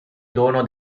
dono